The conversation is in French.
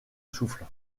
souffle